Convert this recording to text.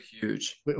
Huge